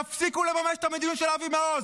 תפסיקו לממש את המדיניות של אבי מעוז.